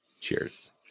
Cheers